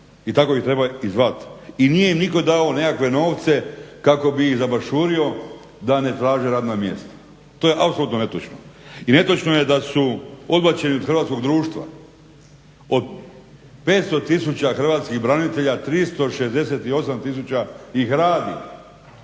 i tako ih treba i zvat. I nije im nitko dao nekakve novce kako bi ih zabašurio da ne traže radna mjesta. To je apsolutno netočno. I netočno je da su odbačeni od hrvatskog društva, od 500 tisuća hrvatskih branitelja 368000 ih radi,